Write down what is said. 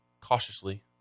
cautiously